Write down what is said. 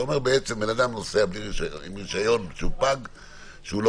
אתה אומר שבן אדם נוסע עם רישיון פג תוקף.